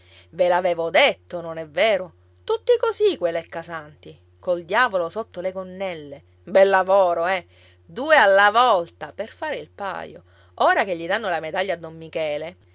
ve l'avevo detto non è vero tutti così quei leccasanti col diavolo sotto le gonnelle bel lavoro eh due alla volta per fare il paio ora che gli danno la medaglia a don michele